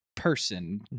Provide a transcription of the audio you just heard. person